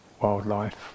wildlife